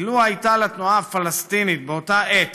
שלו הייתה לתנועה הפלסטינית באותה העת